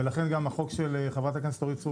ולכן גם החוק של חברת הכנסת אורית סטרוק